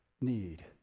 need